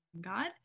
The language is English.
God